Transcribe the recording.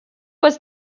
was